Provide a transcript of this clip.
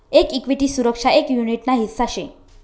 एक इक्विटी सुरक्षा एक युनीट ना हिस्सा शे